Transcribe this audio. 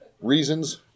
reasons